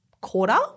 quarter